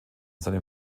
seinem